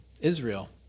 Israel